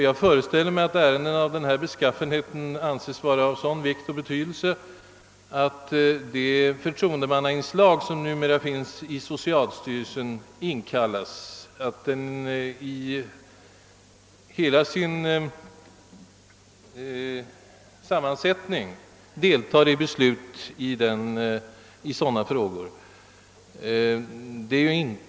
Jag föreställer mig att ärenden av denna beskaffenhet anses vara av sådan vikt och betydelse att det förtroendemannainslag, som numera finns i socialstyrelsen, inkallas vid behandling av sådana ärenden för att delta i besluten, som alltså fattas av socialstyrelsen i hela dess sammansättning.